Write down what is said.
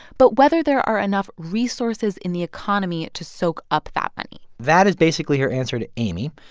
but whether there are enough resources in the economy to soak up that money that is basically her answer to amy.